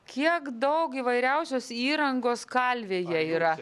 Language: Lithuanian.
kiek daug įvairiausios įrangos kalvėje yra